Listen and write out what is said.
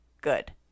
good